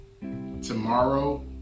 tomorrow